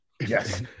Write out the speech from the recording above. Yes